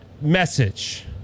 message